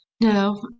No